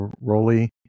Rolly